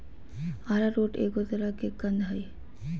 arrowroot एगो तरह के कंद हइ